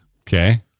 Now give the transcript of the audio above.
Okay